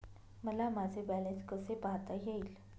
मला माझे बॅलन्स कसे पाहता येईल?